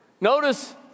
notice